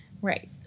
Right